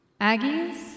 Aggies